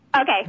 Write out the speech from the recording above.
okay